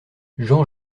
jean